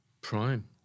Prime